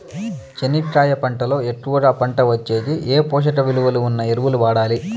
చెనక్కాయ పంట లో ఎక్కువగా పంట వచ్చేకి ఏ పోషక విలువలు ఉన్న ఎరువులు వాడాలి?